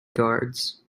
guards